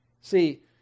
See